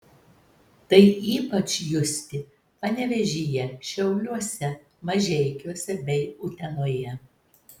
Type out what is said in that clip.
tai ypač justi panevėžyje šiauliuose mažeikiuose bei utenoje